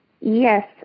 Yes